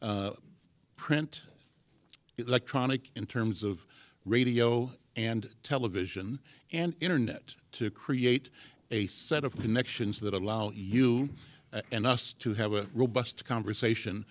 marshaling print electronic in terms of radio and television and internet to create a set of connections that allow you and us to have a robust conversation